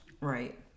Right